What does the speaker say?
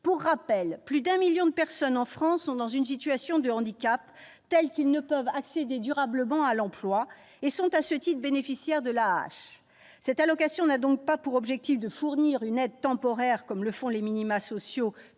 Pour rappel, plus de 1 million de personnes en France sont dans une situation de handicap telle qu'elles ne peuvent accéder durablement à l'emploi et sont, à ce titre, bénéficiaires de l'AAH. Cette allocation n'a donc pas pour objectif de fournir une aide temporaire, comme les minima sociaux